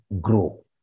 grow